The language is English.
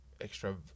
extra